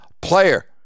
player